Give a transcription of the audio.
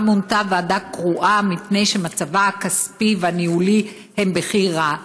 מונתה ועדה קרואה מפני שמצבה הכספי והניהולי הוא בכי רע.